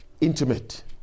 intimate